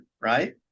right